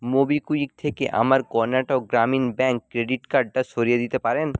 MobiKwik থেকে আমার Karnataka Grameen bank credit কার্ডটা সরিয়ে দিতে পারেন